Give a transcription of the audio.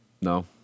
No